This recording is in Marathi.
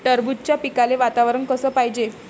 टरबूजाच्या पिकाले वातावरन कस पायजे?